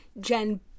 Jen